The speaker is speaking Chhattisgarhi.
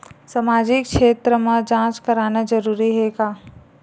सामाजिक क्षेत्र म जांच करना जरूरी हे का?